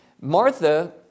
Martha